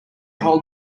hold